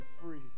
free